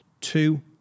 Two